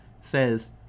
says